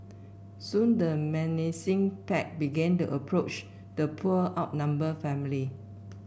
soon the menacing pack began to approach the poor outnumbered family